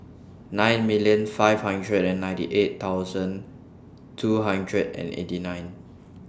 nine million five hundred and ninety eight thousand two hundred and eighty nine